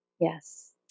Yes